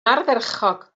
ardderchog